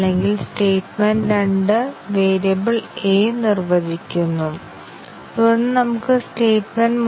അതിനാൽ സെറ്റിലെ മറ്റ് പാത്തുകളുടെ ലീനിയർ സംയോജനത്തോടെ ഒരു പാത്തും സജ്ജമാക്കിയിട്ടില്ലെങ്കിൽ ഒരു കൂട്ടം പാത്ത് ലിനെയാർലി ഇൻഡിപെൻഡെന്റ് ആണ്